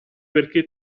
perché